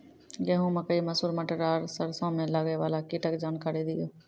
गेहूँ, मकई, मसूर, मटर आर सरसों मे लागै वाला कीटक जानकरी दियो?